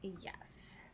Yes